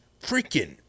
freaking